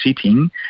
sitting